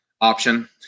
option